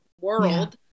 world